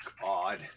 god